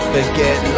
Forget